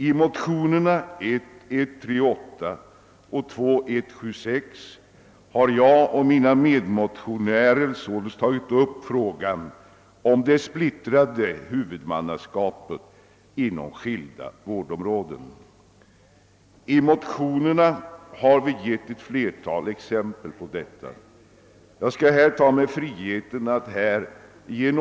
I motionerna 1:138 och II:176 har mina medmotionärer och jag tagit upp frågan om det splittrade huvudmannaskapet på skilda vårdområden. Vi har i motionerna givit ett flertal exempel härpå. Jag skall här lämna